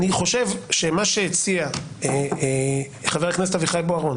אני חושב שמה שהציע חבר הכנסת אביחי בוארון